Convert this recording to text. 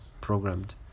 programmed